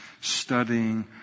studying